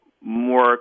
More